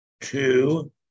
Two